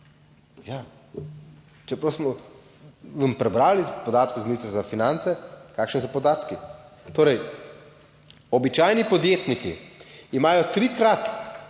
Ja, čeprav smo, prebrali podatke z Ministrstva za finance, kakšni so podatki. Torej, običajni podjetniki imajo trikrat